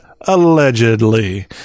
allegedly